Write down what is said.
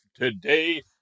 today